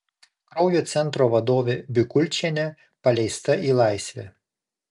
kraujo centro vadovė bikulčienė paleista į laisvę